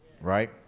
right